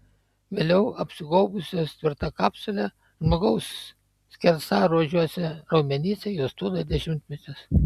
vėliau apsigaubusios tvirta kapsule žmogaus skersaruožiuose raumenyse jos tūno dešimtmečius